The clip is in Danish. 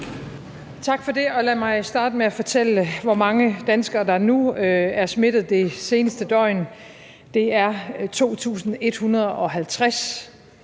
Tak for det. Lad mig starte med at fortælle, hvor mange danskere der nu er smittet det seneste døgn. Det er 2.150,